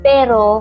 Pero